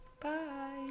bye